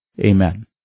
Amen